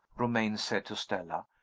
romayne said to stella.